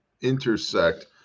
intersect